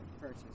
purchase